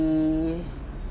err